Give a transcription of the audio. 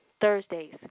Thursdays